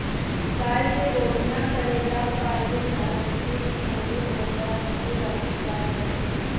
गाय के गोभिना करे ला पाहिले सांड के संघे ओकरा के रखल जात रहे